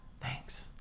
Thanks